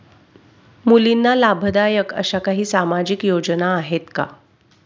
मुलींना लाभदायक अशा काही सामाजिक योजना आहेत का?